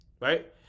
Right